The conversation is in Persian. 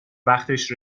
وقتش